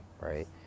right